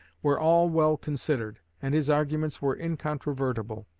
were all well considered, and his arguments were incontrovertible.